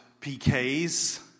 PKs